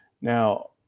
Now